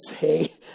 say